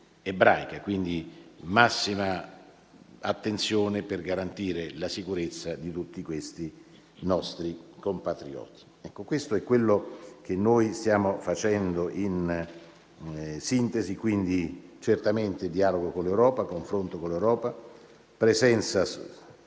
Quindi massima attenzione per garantire la sicurezza di tutti questi nostri compatrioti. Questo è quello che stiamo facendo in sintesi, quindi certamente dialogo e confronto con l'Europa, presenza e contatti